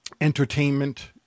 entertainment